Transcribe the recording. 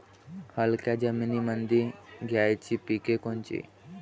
हलक्या जमीनीमंदी घ्यायची पिके कोनची?